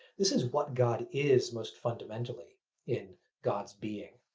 this is what god is most fundamentally in god's being.